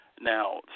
Now